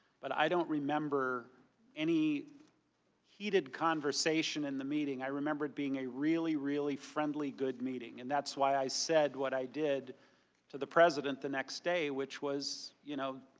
but i don't remember any heated conversation in the meeting. i remember it being a really, really friendly good meeting and that's why i said what i did for the president the next day. which was, you know,